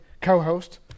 Co-host